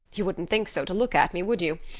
you wouldn't think so to look at me, would you?